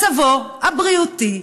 מצבו הבריאותי,